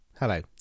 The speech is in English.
Hello